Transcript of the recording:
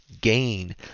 gain